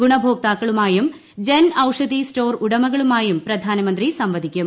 ഗുണഭോക്താക്കളുമായും Jan Aushadhi store ഉടമകളുമായും പ്രധാനമന്ത്രി സംവദിക്കും